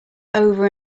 over